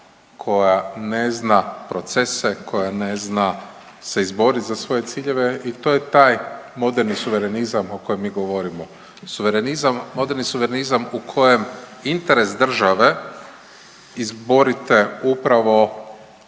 koja ne zna procese, koja ne zna se izboriti za svoje ciljeve i to je taj moderni suverenizam o kojem mi govorimo. Suverenizam, moderni suverenizam u kojem interes države izborite upravo